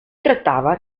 trattava